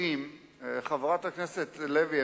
חברת הכנסת לוי,